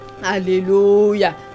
Hallelujah